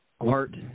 art